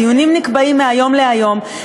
הדיונים נקבעים מהיום להיום,